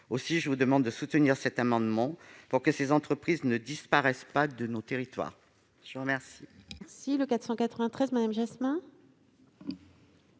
social. Je vous demande donc de voter cet amendement pour que ces entreprises ne disparaissent pas de nos territoires.